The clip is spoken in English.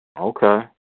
Okay